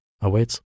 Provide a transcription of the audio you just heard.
awaits